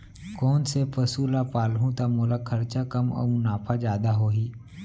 कोन से पसु ला पालहूँ त मोला खरचा कम अऊ मुनाफा जादा होही?